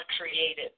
created